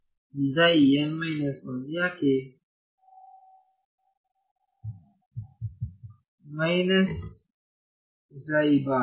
ವಿದ್ಯಾರ್ಥಿ minus psi bar